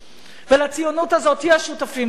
ולציונות הזאת יש שותפים טבעיים,